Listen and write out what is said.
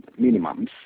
minimums